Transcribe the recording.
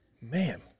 Man